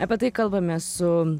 apie tai kalbamės su